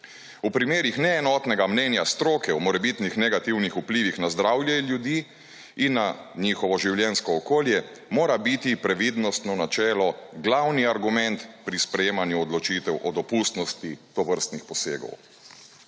V primerih neenotnega mnenja stroke o morebitnih negativnih vplivih na zdravje ljudi in na njihovo življenjsko okolje, mora biti previdnostno načelo glavni argument pri sprejemanju odločitev o dopustnosti tovrstnih posegov.